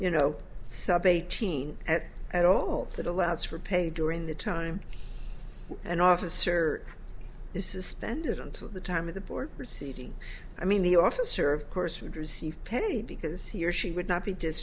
you know sub eighteen at at all that allows for pay during the time an officer is suspended until the time of the board proceeding i mean the officer of course would receive pennie because he or she would not be